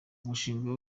umushinga